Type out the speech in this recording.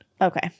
Okay